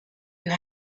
you